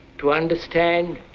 to understand